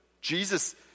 Jesus